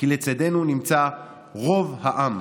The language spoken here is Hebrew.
כי לצידנו נמצא רוב העם